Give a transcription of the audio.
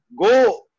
go